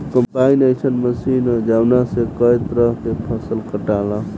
combine अइसन machine ह जवना से कए तरह के फसल कटाला